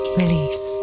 release